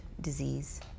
disease